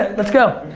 ah lets go.